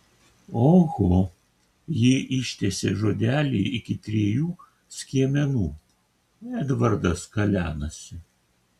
oho ji ištęsė žodelį iki trijų skiemenų edvardas kalenasi